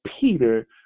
Peter